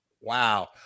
Wow